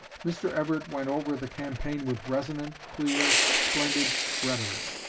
mr. everett went over the campaign with resonant, clear, splendid rhetoric.